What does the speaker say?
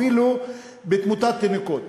אפילו בתמותת תינוקות.